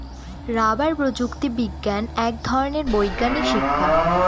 rubber প্রযুক্তি বিজ্ঞান এক ধরনের বৈজ্ঞানিক শিক্ষা